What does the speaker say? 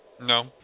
No